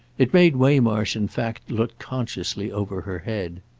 it made waymarsh in fact look consciously over her head.